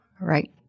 right